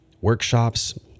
workshops